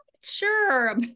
sure